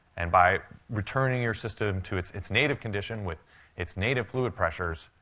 and by returning your system to its its native condition with its native fluid pressure,